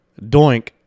Doink